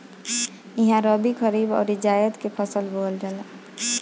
इहा रबी, खरीफ अउरी जायद के फसल बोअल जाला